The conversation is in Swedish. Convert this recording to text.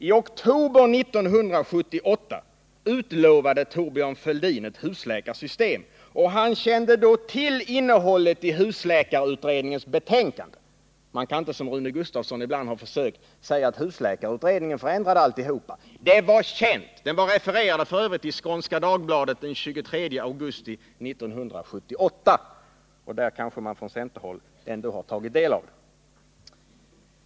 I oktober 1978 utlovade Thorbjörn Fälldin ett husläkarsystem. Han kände då till innehållet i husläkarutredningens betänkande. Man kan inte, som Rune Gustavsson ibland har försökt göra, säga att husläkarutredningens betänkande förändrade alltihop. Det var känt. Det refererades f. ö. i Skånska Dagbladet den 23 augusti 1978. Där kanske man från centerhåll ändå har tagit del av det.